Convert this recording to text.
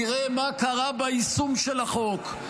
נראה מה קרה ביישום של החוק,